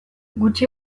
gutxi